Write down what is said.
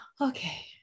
okay